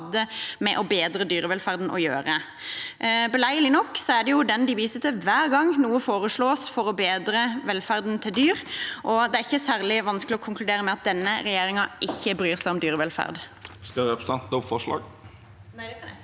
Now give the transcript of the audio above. med å bedre dyrevelferden å gjøre. Beleilig nok er det den de viser til hver gang noe foreslås for å bedre velferden til dyr, og det er ikke særlig vanskelig å konkludere med at denne regjeringen ikke bryr seg om dyrevelferd. Ragnhild Male Hartviksen